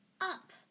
Up